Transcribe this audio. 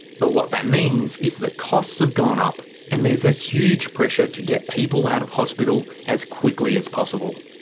but what that means is that costs have gone up and there's ah huge pressure to get people out of hospital as quickly as possible.